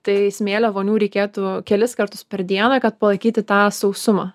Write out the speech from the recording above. tai smėlio vonių reikėtų kelis kartus per dieną kad palaikyti tą sausumą